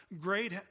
great